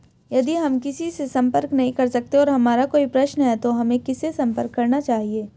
यदि हम किसी से संपर्क नहीं कर सकते हैं और हमारा कोई प्रश्न है तो हमें किससे संपर्क करना चाहिए?